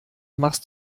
machst